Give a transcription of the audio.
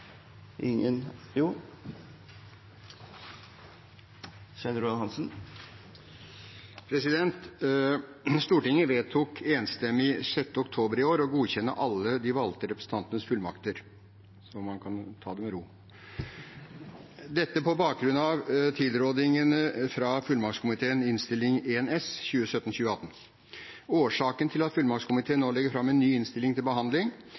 Stortinget vedtok enstemmig 6. oktober i år å godkjenne alle de valgte representantenes fullmakter – så man kan ta det med ro. Dette på bakgrunn av tilrådningene fra fullmaktskomiteen i Innst. 1 S for 2017–2018. Årsaken til at fullmaktskomiteen nå legger fram en ny innstilling til behandling,